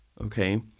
Okay